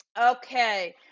Okay